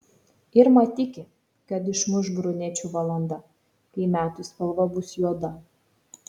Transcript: irma tiki kad išmuš brunečių valanda kai metų spalva bus juoda